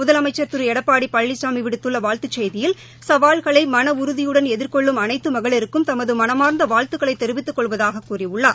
முதலமைச்சா் திருளடப்பாடிபழனிசாமிவிடுத்துள்ளவாழ்த்துச் செய்தியில் சவால்களைமனஉறுதியுடன் எதிர்கொள்ளும் அனைத்துமகளிருக்கும் தமதுமனமார்ந்தவாழ்த்துக்களைத் தெரிவித்துக் கொள்வதாகக் கூறியுள்ளார்